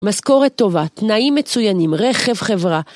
משכורת טובה, תנאים מצוינים, רכב חברה